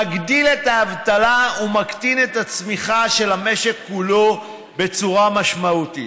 מגדיל את האבטלה ומקטין את הצמיחה של המשק כולו בצורה משמעותית.